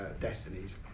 destinies